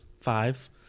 Five